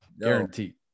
guaranteed